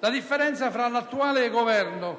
La differenza tra il Governo attuale